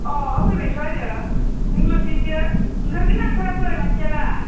अ' फैबायथ' आरो नोंल'सैसो ओंखार गोन्ना ओंखाराखै मानसियालाय